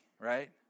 right